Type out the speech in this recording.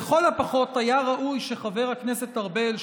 לכל הפחות היה ראוי שחבר הכנסת ארבל,